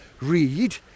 read